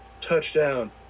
touchdown